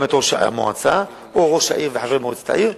את ראש המועצה או ראש העיר וחברי מועצת העיר.